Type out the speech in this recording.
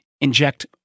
inject